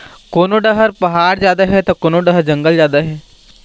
कोनो डहर पहाड़ जादा हे त कोनो डहर जंगल जादा हे